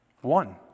One